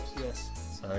Yes